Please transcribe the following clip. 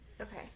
Okay